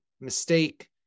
mistake